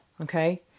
okay